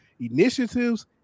initiatives